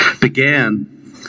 began